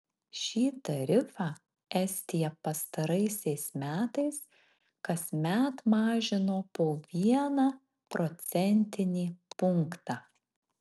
šį tarifą estija pastaraisiais metais kasmet mažino po vieną procentinį punktą